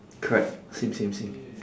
correct same same same